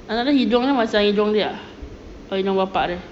anak dia hidung macam hidung dia ah or hidung bapa dia